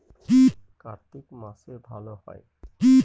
কার্তিক মাসে ভালো হয়?